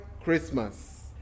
Christmas